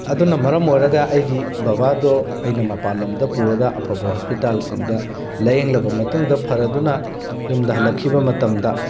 ꯑꯗꯨꯅ ꯃꯔꯝ ꯑꯣꯏꯔꯒ ꯑꯩꯒꯤ ꯕꯥꯕꯥꯗꯣ ꯑꯩꯅ ꯃꯄꯥꯜ ꯂꯝꯗ ꯄꯨꯔꯒ ꯑꯐꯕ ꯍꯣꯁꯄꯤꯇꯥꯜꯁꯤꯡꯗ ꯂꯥꯏꯌꯦꯡꯂꯕ ꯃꯇꯨꯡꯗ ꯐꯔꯗꯨꯅ ꯌꯨꯝꯗ ꯍꯜꯂꯛꯈꯤꯕ ꯃꯇꯝꯗ